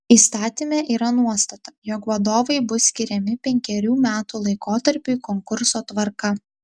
įstatyme yra nuostata jog vadovai bus skiriami penkerių metų laikotarpiui konkurso tvarka